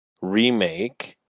remake